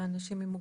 לאנשים עם מוגבלות.